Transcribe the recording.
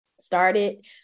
started